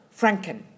Franken